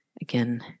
Again